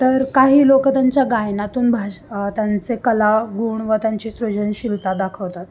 तर काही लोक त्यांच्या गायनातून भाष त्यांचे कला गुण व त्यांची सृजनशीलता दाखवतात